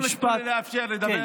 לא נתנו לי אפשרות לדבר.